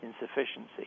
insufficiency